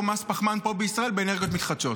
מס פחמן פה בישראל באנרגיות מתחדשות?